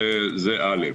זה אל"ף.